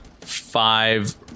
five